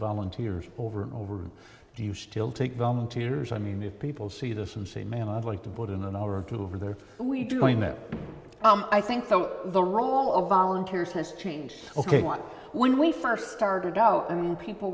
volunteers over and over do you still take volunteers i mean if people see this and say man i'd like to put in an hour or two over there are we doing that i think so the role of volunteers has changed ok when we first started out i mean people